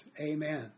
Amen